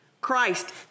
Christ